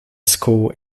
school